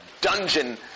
dungeon